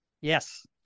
Yes